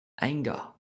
anger